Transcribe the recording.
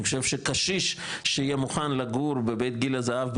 אני חושב שקשיש שיהיה מוכן לגור בבית גיל הזהב,